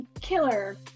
killer